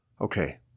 Okay